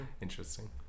Interesting